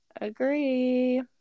agree